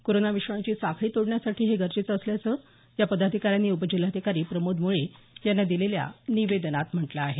corona विषाणूची साखळी तोडण्यासाठी हे गरजेचं असल्याचं या पदाधिकाऱ्यांनी उपजिल्हाधिकारी प्रमोद मुळे यांना दिलेल्या निवेदनात म्हटलं आहे